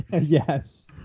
yes